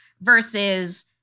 versus